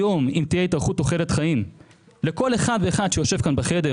היום אם תהיה התארכות תוחלת חיים לכל אחד ואחד שיושב כאן בחדר,